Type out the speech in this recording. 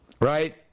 right